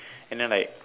and then like